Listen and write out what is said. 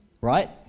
Right